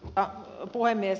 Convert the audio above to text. arvoisa puhemies